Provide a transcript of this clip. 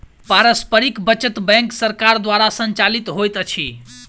पारस्परिक बचत बैंक सरकार द्वारा संचालित होइत अछि